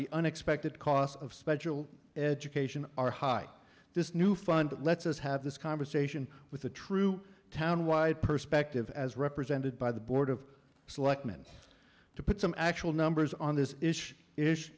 the unexpected costs of special education are high this new fund lets us have this conversation with a true town wide perspective as represented by the board of selectmen to put some actual numbers on this issue is